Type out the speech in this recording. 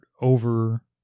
over